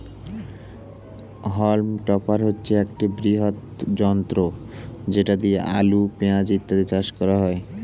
হল্ম topper হচ্ছে একটি বৃহৎ যন্ত্র যেটা দিয়ে আলু, পেঁয়াজ ইত্যাদি চাষ করা হয়